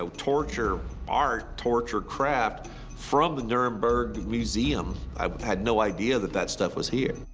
so torture art, torture craft from the nuremberg museum. i had no idea that that stuff was here.